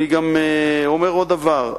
אני גם אומר עוד דבר: